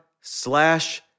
slash